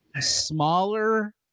smaller